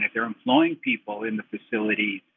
like they're employing people in the facility.